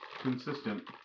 consistent